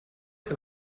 can